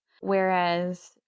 Whereas